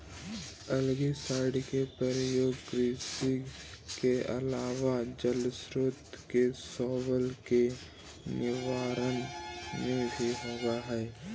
algicide के प्रयोग कृषि के अलावा जलस्रोत के शैवाल के निवारण में भी होवऽ हई